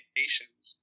nations